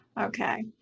Okay